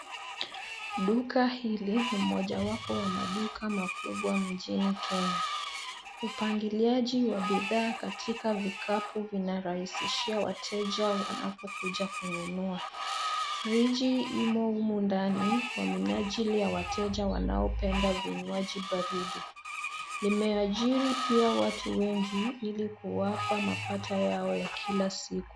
Duka hili ni moja wapo wa maduka makubwa mjini kenya. Upangiliaji wa bidhaa katika vikapu vinarahisishia wateja wanapokuja kununua. Friji imo humu ndani kwa minajili ya wateja wanaopenda vinywaji baridi. Limeajiri pia watu wengi ili kuwapa mapato yao ya kila siku.